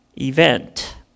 event